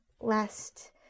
last